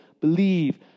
believe